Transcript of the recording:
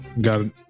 Got